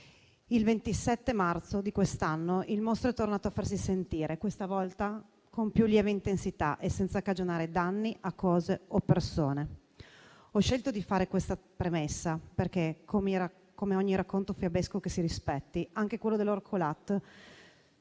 Il 27 marzo di quest'anno il mostro è tornato a farsi sentire, questa volta con più lieve intensità e senza cagionare danni a cose o persone. Ho scelto di fare questa premessa perché - come ogni racconto fiabesco che si rispetti - anche da quello dell'Orcolat